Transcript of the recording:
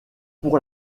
pour